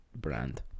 brand